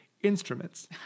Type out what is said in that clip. Instruments